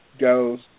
goes